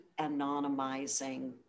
anonymizing